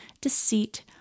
deceit